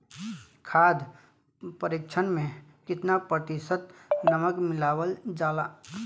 खाद्य परिक्षण में केतना प्रतिशत नमक मिलावल जाला?